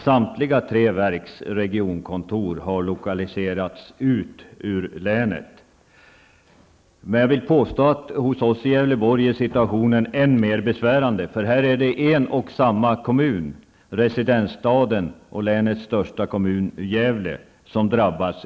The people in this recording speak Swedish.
Samtliga tre verks regionkontor har lokaliserats ut ur länet. Jag vill påstå att situationen hos oss i Gävleborg är än mer besvärande -- här är det en och samma kommun, residensstaden och länets största kommun Gävle, som drabbats.